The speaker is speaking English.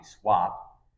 swap